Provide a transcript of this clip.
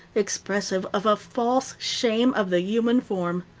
expressive of a false shame of the human form.